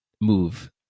move